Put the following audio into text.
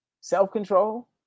self-control